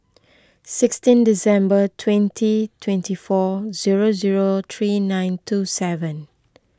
sixteen December twenty twenty four zero zero three nine two seven